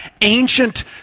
ancient